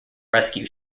rescue